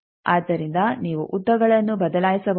ಆದ್ದರಿಂದ ನೀವು ಉದ್ದಗಳನ್ನು ಬದಲಾಯಿಸಬಹುದು